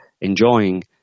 enjoying